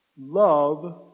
love